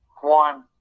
one